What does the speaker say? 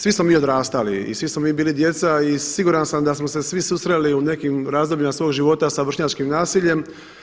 Svi smo mi odrastali i svi smo mi bili djeca i siguran sam da smo se svi susreli u nekim razdobljima svog života sa vršnjačkim nasiljem.